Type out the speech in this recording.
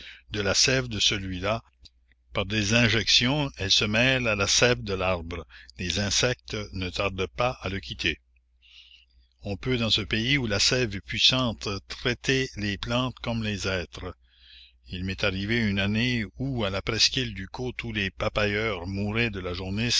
de la sève de celui la par des injections elle se mêle à la sève de l'arbre les insectes ne tardent pas à le quitter on peut dans ce pays où la sève est puissante traiter les plantes comme les êtres il m'est arrivé une année où à la presqu'île ducos tous les papayers mouraient de la